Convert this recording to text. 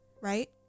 right